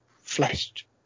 fleshed